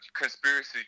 conspiracy